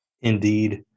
Indeed